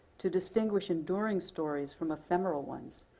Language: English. to distinguish enduring stories from ephemeral ones,